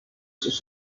sus